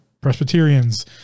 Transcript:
Presbyterians